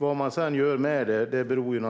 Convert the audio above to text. Vad man sedan gör med det beror